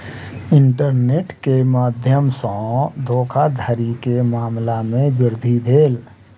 internet के माध्यम सॅ धोखाधड़ी के मामला में वृद्धि भेल